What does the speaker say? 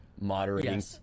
Moderating